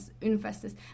investors